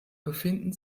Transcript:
befinden